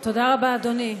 תודה רבה, אדוני.